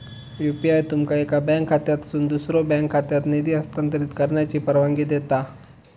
UPI तुमका एका bank खात्यातसून दुसऱ्यो बँक खात्यात निधी हस्तांतरित करण्याची परवानगी देता